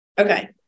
Okay